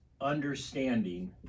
understanding